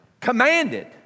commanded